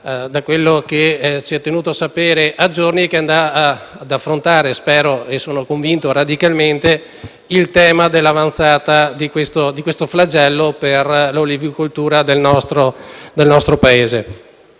da quanto ci è dato sapere - a giorni e che affronterà (spero e sono convinto radicalmente) il tema dell'avanzata di questo flagello per l'olivicoltura del nostro Paese.